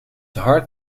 hard